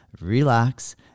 relax